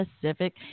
Pacific